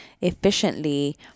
efficiently